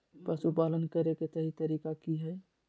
पशुपालन करें के सही तरीका की हय?